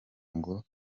ngo